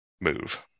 move